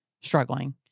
struggling